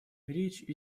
речь